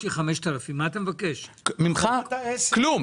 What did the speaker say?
ממך, כלום.